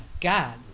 God